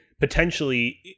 potentially